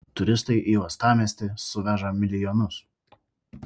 turistai į uostamiestį suveža milijonus